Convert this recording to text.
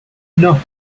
non